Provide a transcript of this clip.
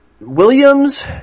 Williams